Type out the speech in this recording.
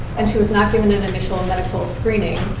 and she was not given an initial medical screening.